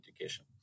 education